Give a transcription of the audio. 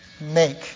make